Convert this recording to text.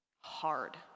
hard